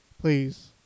please